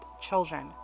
children